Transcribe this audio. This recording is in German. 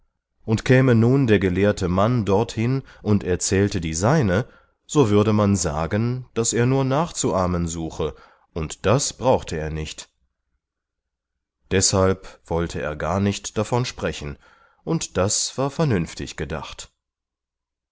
und käme nun der gelehrte mann dorthin und erzählte die seine so würde man sagen daß er nur nachzuahmen suche und das brauchte er nicht deshalb wollte er gar nicht davon sprechen und das war vernünftig gedacht